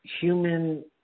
human